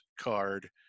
card